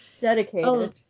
Dedicated